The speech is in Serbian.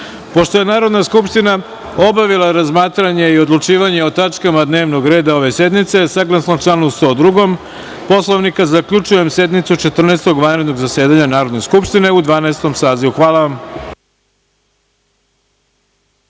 je Narodna skupština obavila razmatranje i odlučivanje o tačkama dnevnog reda ove sednice, saglasno članu 102. Poslovnika, zaključujem sednicu Četrnaestog vanrednog zasedanja Narodne skupštine u Dvanaestom sazivu. Hvala vam.